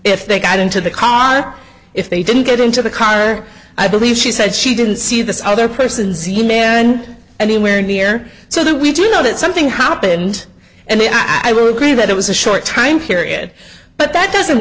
if they got into the car if they didn't get into the car i believe she said she didn't see this other person's e mail and anywhere near so that we do know that something happened and then i would agree that it was a short time period but that doesn't